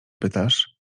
pytasz